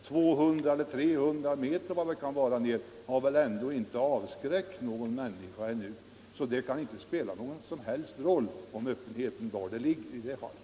300 meter eller vad det kan vara har väl inte avskräckt någon människa ännu, så det kan väl inte spela någon roll för öppenheten var riksdagshuset ligger.